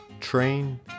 train